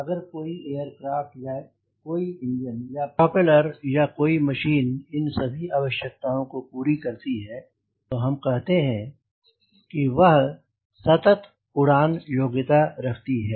अगर कोई एयरक्राफ़्ट या कोई इंजन या प्रोफेसर या कोई मशीन इन सभी आवश्यकताओं को पूरी करती है तो हम कहते हैं कि वह शतक उड़ान योग्यता रखती है